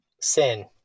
Sin